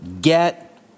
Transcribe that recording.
get